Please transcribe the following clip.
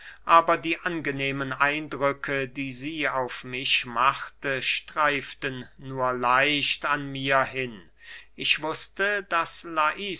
aber die angenehmen eindrücke die sie auf mich machte streiften nur leicht an mir hin ich wußte daß